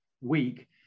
week